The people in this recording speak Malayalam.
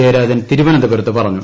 ജയരാജൻ തിരുവനന്ത്പുരത്ത് പറഞ്ഞു